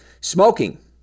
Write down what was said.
smoking